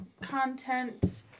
content